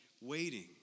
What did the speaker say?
waiting